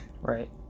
Right